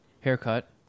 haircut